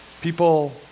People